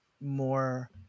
more